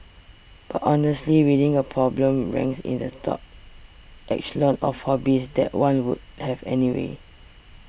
but honestly reading a problem ranks in the top echelon of hobbies that one would have anyway